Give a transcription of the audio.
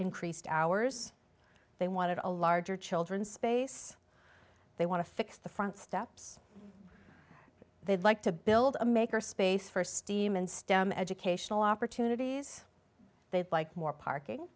increased hours they wanted a larger children's space they want to fix the front steps they'd like to build a maker space for steam and stem educational opportunities they'd like more parking